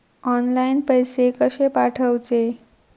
Online पैसे कशे पाठवचे?